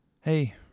Hey